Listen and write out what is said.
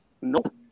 Nope